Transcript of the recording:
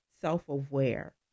self-aware